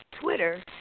Twitter